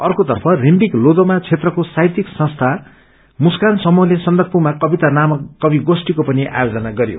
अर्कोतर्फ रिम्बिक लोषोमा क्षेत्रको साहित्यिक संस्था मुस्कान समूहले सन्दकपूमा कविता नामक कवि गोष्ठीको पनि आयोजन गरयो